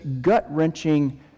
gut-wrenching